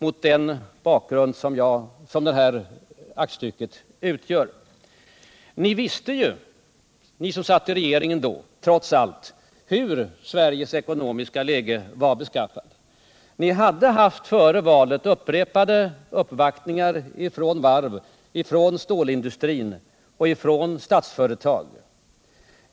Ni som satt i regeringen på den tiden visste ju trots allt hur Sveriges ekonomiska läge var beskaffat. Före valet hade ni haft upprepade uppvaktningar från varven, från stålindustrin och från Statsföretag.